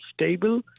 stable